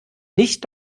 nicht